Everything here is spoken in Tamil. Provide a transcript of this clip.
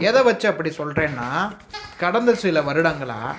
எதை வச்சு அப்டி சொல்கிறேன்னா கடந்த சில வருடங்களாக